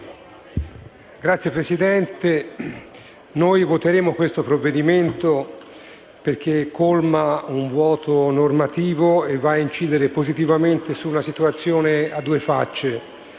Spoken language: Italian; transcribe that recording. Signor Presidente, voteremo questo provvedimento perché colma un vuoto normativo e va a incidere positivamente su una situazione a due facce.